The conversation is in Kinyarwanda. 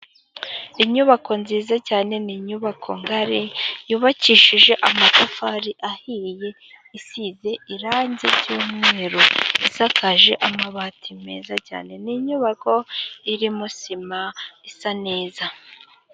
Inyubako nziza cyane . Ni inyubako ngari yubakishije amatafari ahiye ,isize irangi ry'umweru ,isakaje amabati meza cyane . Ni inyubako irimo sima isa neza.